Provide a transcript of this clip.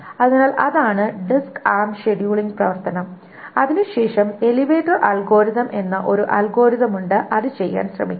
അതിനാൽ അതാണ് disk arm scheduling പ്രവർത്തനം അതിനുശേഷം എലിവേറ്റർ അൽഗോരിതം എന്ന ഒരു അൽഗോരിതം ഉണ്ട് അത് ചെയ്യാൻ ശ്രമിക്കുന്നു